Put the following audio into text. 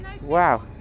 Wow